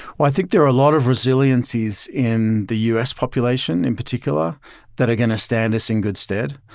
i think there are a lot of resiliencies in the u s. population in particular that are going to stand us in good stead.